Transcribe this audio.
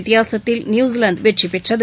வித்தியாசத்தில் நியூசிலாந்து வெற்றி பெற்றது